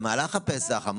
במהלך הפסח.